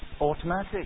automatic